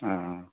हँ